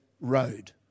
road